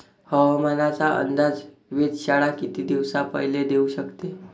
हवामानाचा अंदाज वेधशाळा किती दिवसा पयले देऊ शकते?